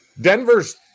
Denver's